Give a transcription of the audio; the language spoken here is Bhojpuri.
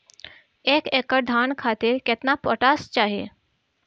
एक एकड़ धान खातिर केतना पोटाश चाही?